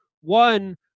one